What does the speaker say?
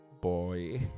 boy